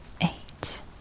eight